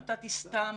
נתתי סתם